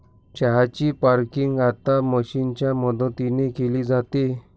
चहा ची पॅकिंग आता मशीनच्या मदतीने केली जाते